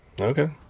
Okay